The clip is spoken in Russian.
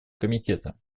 комитета